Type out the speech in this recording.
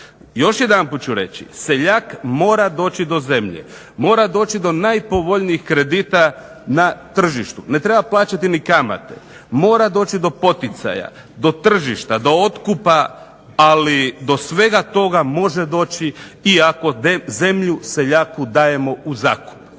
Još jedanput ću reći, seljak mora doći do zemlje, mora doći do najpovoljnijih kredita na tržištu. Ne treba plaćati ni kamate. Mora doći do poticaja, do tržišta, do otkupa ali do svega toga može doći i ako zemlju seljaku dajemo u zakup.